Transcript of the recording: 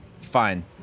fine